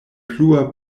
plua